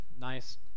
nice